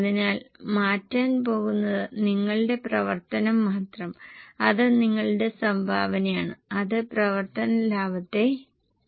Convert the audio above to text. അതിനാൽ മാറ്റാൻ പോകുന്നത് നിങ്ങളുടെ പ്രവർത്തനം മാത്രം അത് നിങ്ങളുടെ സംഭാവനയാണ് അത് പ്രവർത്തന ലാഭത്തെ മാറ്റും